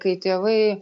kai tėvai